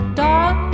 dog